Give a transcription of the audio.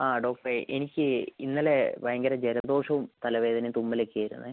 ആ ഡോക്ടറേ എനിക്ക് ഇന്നലെ ഭയങ്കര ജലദോഷവും തലവേദനയും തുമ്മലൊക്കെയായിരുന്നേ